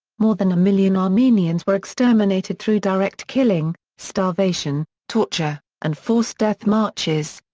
more than a million armenians were exterminated through direct killing, starvation, torture, and forced death marches.